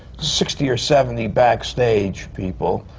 sixty or seventy backstage people,